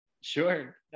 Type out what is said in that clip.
Sure